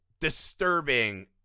disturbing